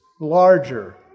larger